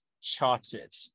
charted